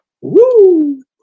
Woo